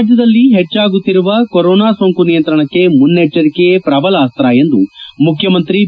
ರಾಜ್ಯದಲ್ಲಿ ಹೆಚ್ಚಾಗುತ್ತಿರುವ ಕೊರೊನಾ ಸೋಂಕು ನಿಯಂತ್ರಣಕ್ಕೆ ಮುನ್ನೆಚ್ಚರಿಕೆಯೇ ಪ್ರಬಲ ಅಸ್ತ ಎಂದು ಮುಖ್ಯಮಂತ್ರಿ ಬಿ